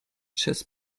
chess